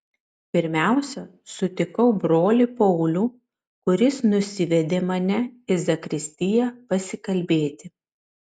pirmiausia sutikau brolį paulių kuris nusivedė mane į zakristiją pasikalbėti